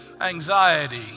anxiety